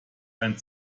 ein